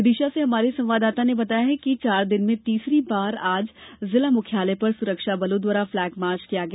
विदिशा से हमारे संवाददाता ने बताया है कि चार दिन में तीसरी बार आज जिला मुख्यालय पर सुरक्षाबलों द्वारा फ्लेगमार्च किया गया